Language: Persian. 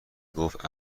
گفت